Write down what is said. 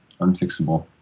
unfixable